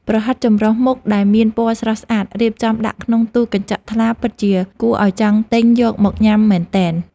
ប្រហិតចម្រុះមុខដែលមានពណ៌ស្រស់ស្អាតរៀបចំដាក់ក្នុងទូកញ្ចក់ថ្លាពិតជាគួរឱ្យចង់ទិញយកមកញ៉ាំមែនទែន។